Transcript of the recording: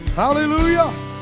Hallelujah